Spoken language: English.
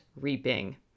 reaping